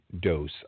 dose